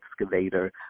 excavator